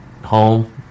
Home